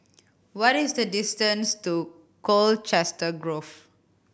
what is the distance to Colchester Grove